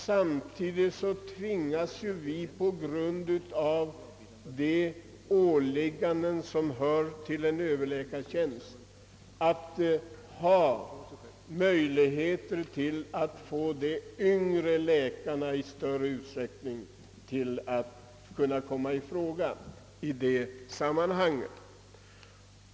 Samtidigt tvingas vi på grund av de åligganden, som är förenade med överläkartjänsterna, att skapa möjligheter för de yngre läkarna att i större utsträckning kunna komma i fråga för dessa tjänster.